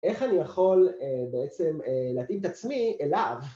איך אני יכול בעצם להתאים את עצמי אליו?